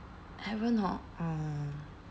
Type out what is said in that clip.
haven't hor mm